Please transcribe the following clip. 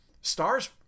stars